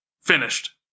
finished